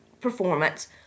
performance